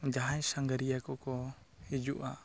ᱡᱟᱦᱟᱭ ᱥᱟᱸᱜᱷᱟᱨᱤᱭᱟᱹ ᱠᱚᱠᱚ ᱦᱤᱡᱩᱜᱼᱟ